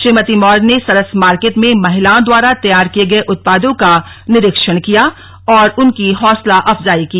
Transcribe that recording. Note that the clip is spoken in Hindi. श्रीमती मौर्य ने सरस मार्केट में महिलाओं द्वारा तैयार किये गए उत्पादों का निरीक्षण किया और उनकी हौसलाअफजाई की